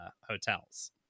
hotels